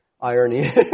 irony